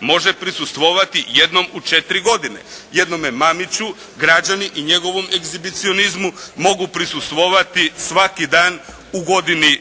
može prisustvovati jednom u četiri godine. Jednome Mamiću građani i njegovom egzibicionizmu mogu prisustvovati svaki dan u godini